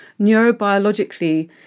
neurobiologically